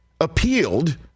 appealed